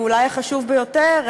ואולי החשוב ביותר,